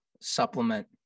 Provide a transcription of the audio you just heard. supplement